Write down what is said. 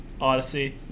Odyssey